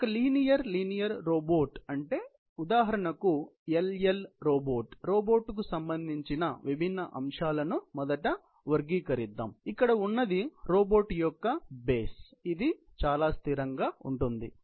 కాబట్టి ఒక linear linear robot అంటే ఉదాహరణకు LL రోబోట్ రోబోట్కు సంబంధించిన విభిన్న అంశాలను మొదట వర్గీకరిద్దాం ఇక్కడ ఉన్నది రోబోట్ యొక్క బేస్ ఇది చాలా స్థిరంగా ఉంటుంది